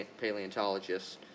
paleontologists